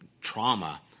trauma